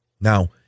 Now